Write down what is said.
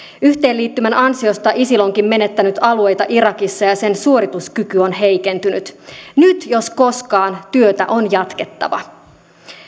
yhteenliittymän ansiosta isil onkin menettänyt alueita irakissa ja sen suorituskyky on heikentynyt nyt jos koskaan työtä on jatkettava